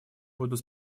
будут